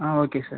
ah okay sir